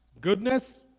goodness